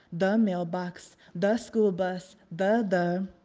the um mailbox. the school bus. the the.